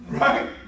Right